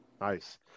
Nice